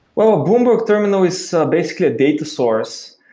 well, a bloomberg terminal is so basically a data source,